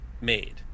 Made